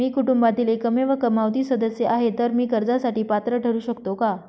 मी कुटुंबातील एकमेव कमावती सदस्य आहे, तर मी कर्जासाठी पात्र ठरु शकतो का?